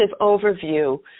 overview